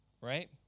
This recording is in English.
Right